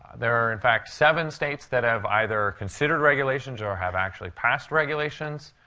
there are, in fact, seven states that have either considered regulations or have actually passed regulations.